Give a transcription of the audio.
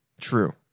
true